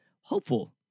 hopeful